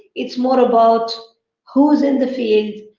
it is more about who is in the field,